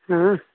آ